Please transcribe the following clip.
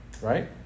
Right